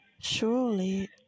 Surely